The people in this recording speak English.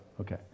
okay